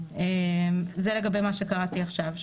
זה לגבי מה שקראתי עכשיו.